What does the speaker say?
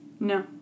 No